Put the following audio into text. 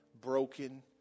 broken